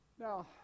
Now